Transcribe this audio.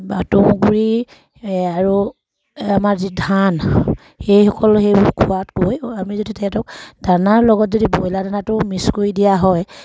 তুঁহ গুৰি আৰু আমাৰ যি ধান সেইসকল সেইবোৰ খোৱাতকৈ আমি যদি সিহঁতক দানাৰ লগত যদি ব্ৰইলাৰ দানাটো মিক্স কৰি দিয়া হয়